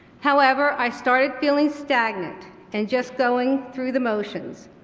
however, i started feeling stagnant and just going through the motions.